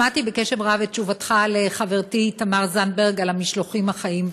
שמעתי בקשב רב את תשובתך לחברתי תמר זנדברג על המשלוחים החיים,